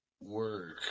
work